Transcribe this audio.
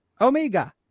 Omega